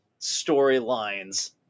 storylines